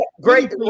great